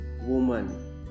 woman